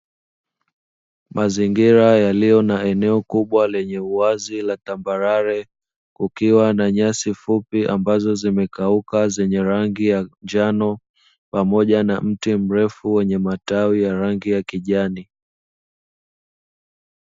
Mazingira yaliyo na eneo kubwa lenye uwazi wa tambarare, kukiwa na nyasi fupi ambazo zimekauka, ambazo zenye rangi ya njano pamoja na mti mrefu wenye matawi ya rangi ya kijani.